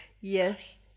Yes